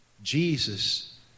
Jesus